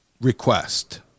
request